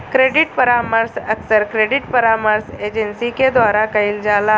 credit परामर्श अक्सर credit परामर्श एजेंसी के द्वारा कईल जाला